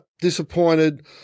Disappointed